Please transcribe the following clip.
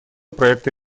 проекта